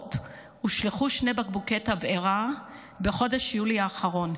אורות הושלכו שני בקבוקי תבערה בחודש יולי האחרון,